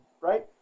right